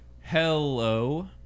Hello